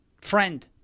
friend